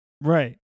Right